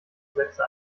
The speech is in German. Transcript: sätze